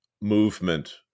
movement